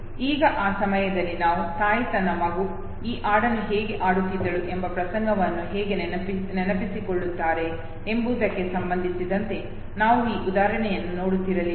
ಈಗ ಆ ಸಮಯದಲ್ಲಿ ನಾವು ತಾಯಿ ತನ್ನ ಮಗು ಈ ಹಾಡನ್ನು ಹೇಗೆ ಹಾಡುತ್ತಿದ್ದಳು ಎಂಬ ಪ್ರಸಂಗವನ್ನು ಹೇಗೆ ನೆನಪಿಸಿಕೊಳ್ಳುತ್ತಾರೆ ಎಂಬುದಕ್ಕೆ ಸಂಬಂಧಿಸಿದಂತೆ ನಾವು ಈ ಉದಾಹರಣೆಯನ್ನು ನೋಡುತ್ತಿರಲಿಲ್ಲ